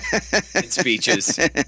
speeches